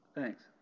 Thanks